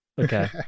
Okay